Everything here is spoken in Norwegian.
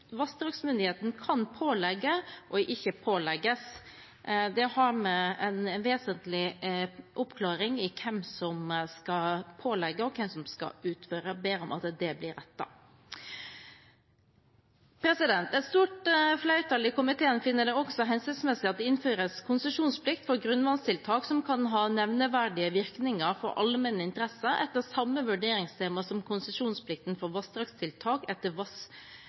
vassdragsmyndigheten «kan pålegge», og ikke «kan pålegges». Dette er en vesentlig oppklaring med hensyn til hvem som skal pålegge og hvem som skal utføre, og jeg ber om at det blir rettet. Et stort flertall i komiteen finner det også hensiktsmessig at det innføres konsesjonsplikt for grunnvannstiltak som kan ha nevneverdige virkninger for allmenne interesser, etter samme vurderingstema som konsesjonsplikten for vassdragstiltak etter